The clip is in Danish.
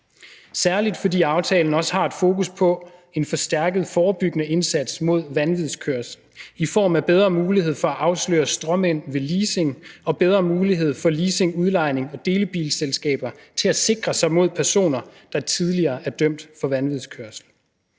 særlig fordi aftalen også har et fokus på at forstærke den forebyggende indsats mod vanvidskørsel i form af bedre muligheder for at afsløre stråmænd ved leasing og bedre muligheder for leasing-, udlejnings- og delebilsselskaber til at sikre sig imod personer, der tidligere er dømt for vanvidskørsel.